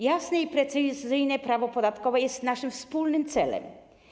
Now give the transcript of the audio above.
Jasne i precyzyjne prawo podatkowe jest naszym wspólnym celem.